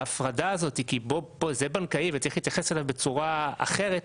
ההפרדה הזאת כי זה בנקאי וצריך להתייחס אליו בצורה אחרת,